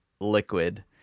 liquid